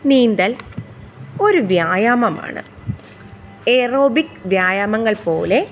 നീന്തൽ ഒരു വ്യായാമമാണ് ഏറോബിക് വ്യായാമങ്ങൾ പോലെ